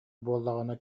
буоллаҕына